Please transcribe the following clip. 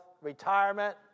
retirement